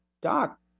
doc